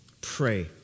Pray